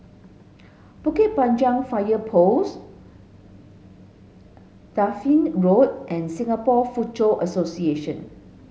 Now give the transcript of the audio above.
Bukit Panjang Fire Post Dafne Road and Singapore Foochow Association